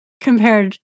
compared